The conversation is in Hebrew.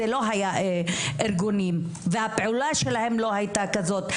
אלה לא היו הארגונים והפעולה שלהם לא הייתה כזאת.